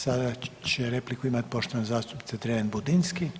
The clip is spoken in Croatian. Sada će repliku imati poštovana zastupnica Dreven Budinski.